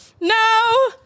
no